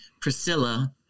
Priscilla